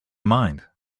mind